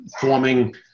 forming